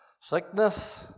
sickness